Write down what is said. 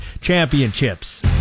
Championships